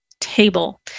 table